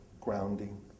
grounding